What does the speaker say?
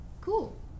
Cool